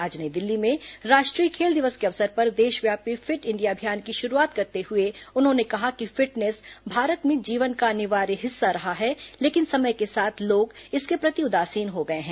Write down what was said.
आज नई दिल्ली में राष्ट्रीय खेल दिवस के अवसर पर देशव्यापी फिट इंडिया अभियान की शुरूआत करते हुए उन्होंने कहा कि फिटनेस भारत में जीवन का अनिवार्य हिस्सा रहा है लेकिन समय के साथ लोग इसके प्रति उदासीन हो गये हैं